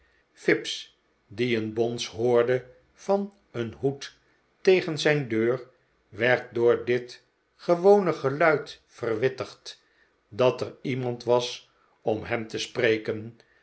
fips die een bons hoorde van een hoed tegen zijn deur werd door dit gewone geluid verwittigd dat er iemand was om hem te spreken